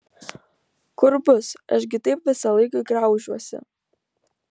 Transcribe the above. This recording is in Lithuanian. kur bus aš gi taip visąlaik graužiuosi